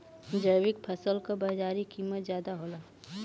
जैविक फसल क बाजारी कीमत ज्यादा होला